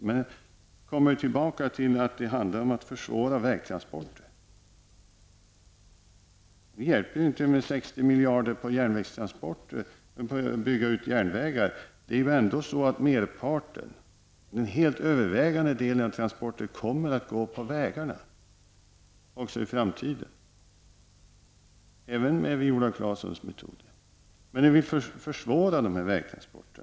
Men jag återkommer till att det handlar om att försvåra vägtransporter. Det hjälper inte med 60 miljarder för att bygga ut järnvägarna. Den helt övervägande delen av transporterna kommer att gå på vägarna också i framtiden även med Viola Claessons metoder. Men hon vill försvåra dessa vägtransporter.